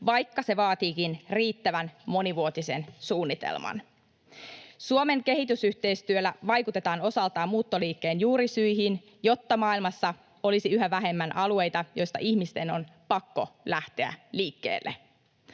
vaikka se vaatiikin riittävän monivuotisen suunnitelman. Suomen kehitysyhteistyöllä vaikutetaan osaltaan muuttoliikkeen juurisyihin, jotta maailmassa olisi yhä vähemmän alueita, joista ihmisten on pakko lähteä liikkeelle.